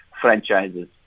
franchises